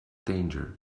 danger